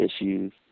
issues